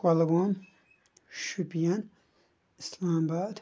کۄلگوم شُپین اِسلام باد